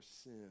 sin